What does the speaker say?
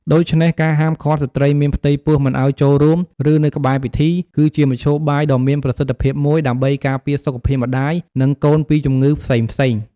ដូច្នេះ ការហាមឃាត់ស្ត្រីមានផ្ទៃពោះមិនឲ្យចូលរួម ឬនៅក្បែរពិធី គឺជាមធ្យោបាយដ៏មានប្រសិទ្ធភាពមួយដើម្បីការពារសុខភាពម្តាយ និងកូនពីជំងឺផ្សេងៗ។